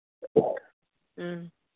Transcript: ꯎꯝ